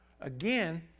Again